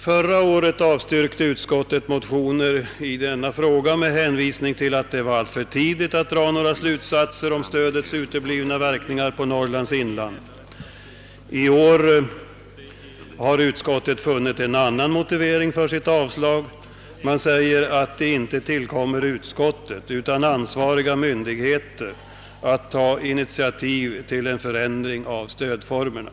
Förra året avstyrkte utskottet motioner i denna fråga med hänvisning till att det var alltför tidigt att dra några slutsatser om stödets uteblivna verkningar på Norrlands inland. I år har utskottet funnit en annan motivering för sitt avstyrkande. Det säger att det inte tillkommer utskottet utan ansvariga myndigheter att ta initiativ till en förändring av stödformerna.